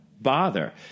bother